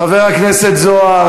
חבר הכנסת זוהר,